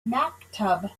maktub